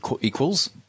equals